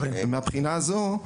מהבחינה הזו,